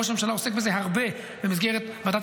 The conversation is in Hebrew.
ראש הממשלה עוסק בזה הרבה במסגרת ועדת